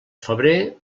febrer